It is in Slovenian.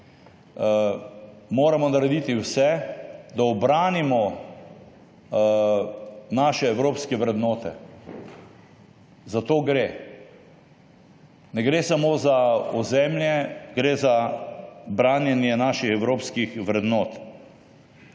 2003, narediti vse, da ubranimo svoje evropske vrednote. Za to gre. Ne gre samo za ozemlje, gre za branjenje naših evropskih vrednot.